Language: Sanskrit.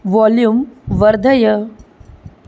वोल्यूं वर्धय